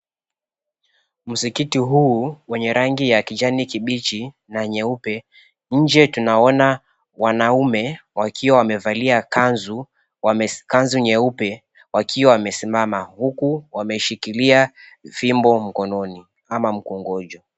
Msikiti huu wenye rangi ya kijani kibichi na nyeupe, nje tunaona wanaume wakiwa wamevalia kanzu nyeupe wakiwa wamesimama huku wameshikilia fimbo mkononi ama mkongojo.